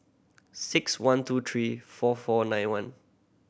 six one two three five four nine one